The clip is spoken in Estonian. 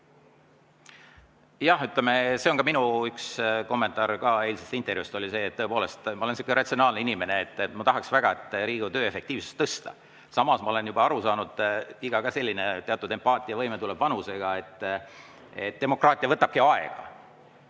Jah, ütleme, ka minu üks kommentaar eilses intervjuus oli see, et tõepoolest, ma olen ratsionaalne inimene, ma tahaks väga Riigikogu töö efektiivsust tõsta. Samas ma olen juba aru saanud – vanus ka selline, teatud empaatiavõime tuleb vanusega –, et demokraatia võtabki aega.